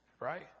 right